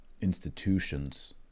institutions